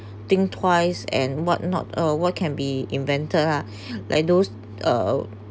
think twice and what not uh what can be invented ah like those uh